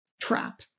trap